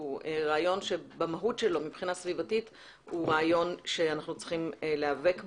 הוא רעיון שבמהות שלו מבחינה סביבתית אנחנו צריכים להיאבק בו.